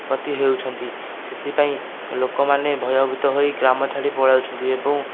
ଗତି ହେଉଛନ୍ତି ସେଥିପାଇଁ ଲୋକ ମାନେ ଭୟଭୀତ ହୋଇ ଗ୍ରାମ ଛାଡ଼ି ପଳାଉଛନ୍ତି ଏବଂ